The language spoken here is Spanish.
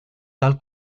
tal